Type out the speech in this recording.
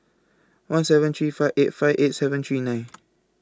one seven three five eight five eight seven three nine